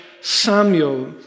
Samuel